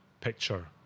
picture